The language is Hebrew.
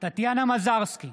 טטיאנה מזרסקי,